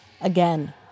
Again